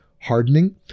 hardening